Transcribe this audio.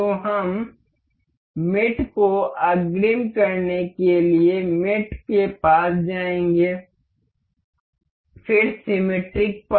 तो हम मेट को अग्रिम करने के लिए मेट के पास जाएंगे फिर सिमेट्रिक पर